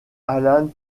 alan